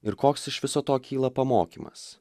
ir koks iš viso to kyla pamokymas